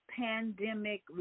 pandemic